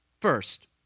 First